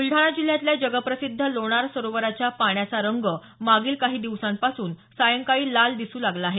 बुलडाणा जिल्ह्यातल्या जगप्रसिद्ध लोणार सरोवराच्या पाण्याचा रंग मागील काही दिवसांपासून सायंकाळी लाल दिसू लागला आहे